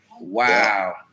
Wow